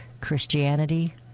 Christianity